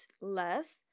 less